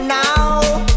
now